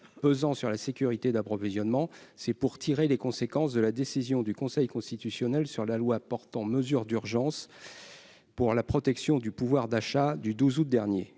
pesant sur la sécurité d'approvisionnement, c'est pour tirer les conséquences de la décision du Conseil constitutionnel sur la loi portant mesures d'urgence pour la protection du pouvoir d'achat du 12 août dernier